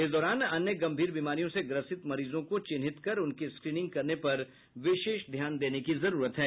इस दौरान अन्य गंभीर बीमारियों से ग्रसित मरीजों को चिन्हित कर उनकी स्क्रीनिंग करने पर विशेष ध्यान देने की जरूरत है